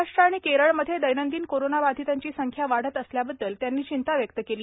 महाराष्ट्र आणि केरळमधे दक्रंदिन कोरोनाबाधितांची संख्या वाढत असल्याबददल त्यांनी चिंता व्यक्त केली